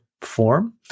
form